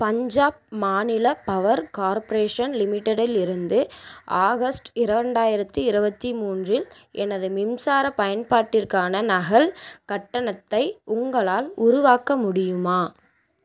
பஞ்சாப் மாநில power corporation லிமிடெடிலிருந்து August இரண்டாயிரத்தி இருபத்தி மூன்றில் எனது மின்சார பயன்பாட்டிற்கான நகல் கட்டணத்தை உங்களால் உருவாக்க முடியுமா